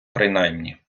принаймні